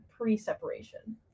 pre-separation